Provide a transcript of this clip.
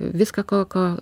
viską ko ko